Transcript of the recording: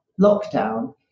lockdown